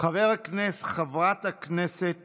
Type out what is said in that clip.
חברת הכנסת